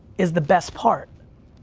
is the best part.